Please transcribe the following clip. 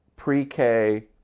pre-K